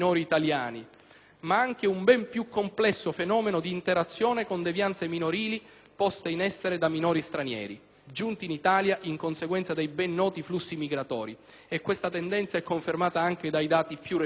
ma anche un ben più complesso fenomeno di interazione con devianze minorili poste in essere da minori stranieri, giunti in Italia in conseguenza dei ben noti flussi migratori (e questa tendenza è confermata anche dai dati più recenti).